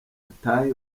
atahe